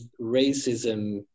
racism